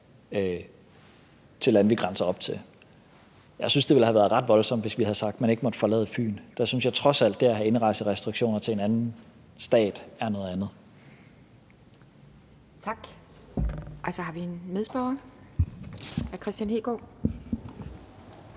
til lande, vi grænser op til. Jeg synes, det ville have været ret voldsomt, hvis vi havde sagt, at man ikke måtte forlade Fyn. Der synes jeg trods alt, at det at have indrejserestriktioner til en anden stat er noget andet. Kl. 18:22 Anden næstformand (Pia Kjærsgaard):